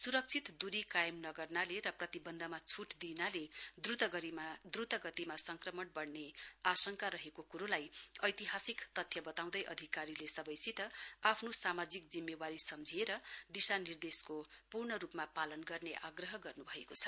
सुरक्षित दुरी कायम नगर्नाले र प्रतिबन्ध छुट दिइनाले द्रुतगतिमा संक्रमण बढ्ने आंशका रहेको क्रोलाई ऐतिहासिक तथ्य बताउँदै अधिकारीले सबैसित आफ्नो सामाजिक जिम्मवारी सम्झिएर दिशानिर्देशको पूर्ण रूपमा पालन गर्ने आग्रह गर्नु भएको छ